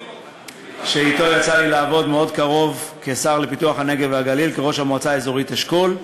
שיצא לי לעבוד אתו, כראש המועצה האזורית אשכול,